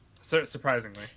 surprisingly